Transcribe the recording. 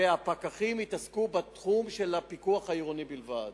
והפקחים יתעסקו בתחום של הפיקוח העירוני בלבד.